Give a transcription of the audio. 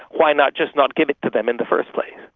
why not just not give it to them in the first place?